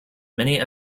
many